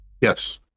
Yes